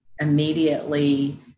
immediately